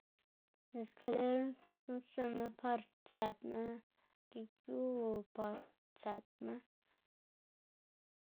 lëꞌ skaler guꞌnnstsiꞌnma par tsëpná gik yu o par partsëtma